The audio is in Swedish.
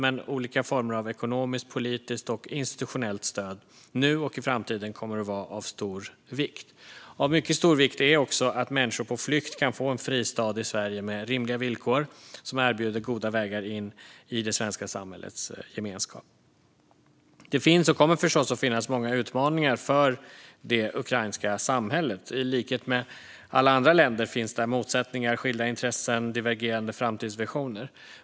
Men olika former av ekonomiskt, politiskt och institutionellt stöd nu och i framtiden kommer att vara av stor vikt. Av mycket stor vikt är också att människor på flykt kan få en fristad i Sverige, med rimliga villkor som erbjuder goda vägar in i det svenska samhällets gemenskap. Det finns och kommer förstås att finnas många utmaningar för det ukrainska samhället. I likhet med alla andra länder finns där motsättningar, skilda intressen och divergerande framtidsvisioner.